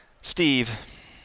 Steve